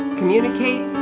communicate